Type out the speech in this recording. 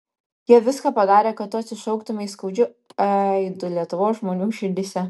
jie viską padarė kad tu atsišauktumei skaudžiu aidu lietuvos žmonių širdyse